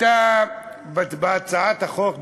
אתה בהצעת החוק,